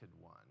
one